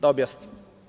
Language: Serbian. Da objasnim.